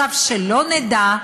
עכשיו, שלא נדע,